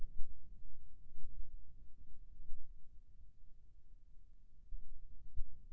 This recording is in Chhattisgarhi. जोंधरा जोन्धरा हाल मा बर सर्दी मौसम कोन संकर परकार लगाबो?